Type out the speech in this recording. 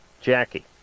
Jackie